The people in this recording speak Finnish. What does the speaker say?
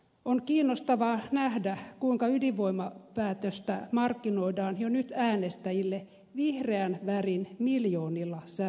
on kiinnostavaa nähdä kuinka ydinvoimapäätöstä markkinoidaan jo nyt äänestäjille vihreän värin miljoonilla sävyillä